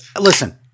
listen